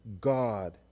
God